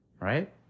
Right